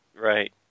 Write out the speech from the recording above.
Right